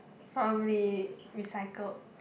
probably recycle